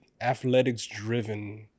athletics-driven